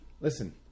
listen